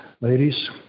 ladies